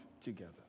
together